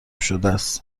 شدس